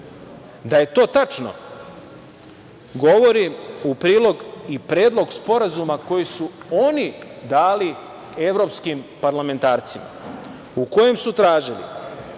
Da je to tačno, govori u prilog i predlog sporazuma koji su oni dali evropskim parlamentarcima, u kojem su tražili,